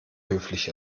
höflich